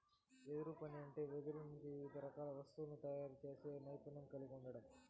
వెదురు పని అంటే వెదురు నుంచి వివిధ రకాల వస్తువులను తయారు చేసే నైపుణ్యం కలిగి ఉండడం